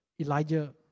Elijah